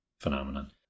phenomenon